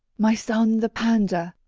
my son the pander!